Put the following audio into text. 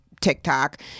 TikTok